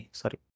sorry